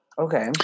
Okay